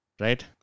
right